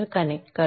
connect करता